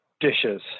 dishes